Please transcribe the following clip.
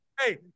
Hey